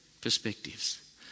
perspectives